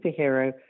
superhero